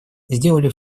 сделали